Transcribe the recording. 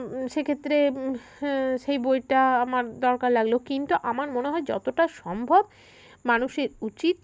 সেক্ষেত্রে সেই বইটা আমার দরকার লাগলো কিন্তু আমার মনে হয় যতটা সম্ভব মানুষের উচিত